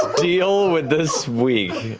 deal with this week.